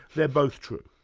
they're both true.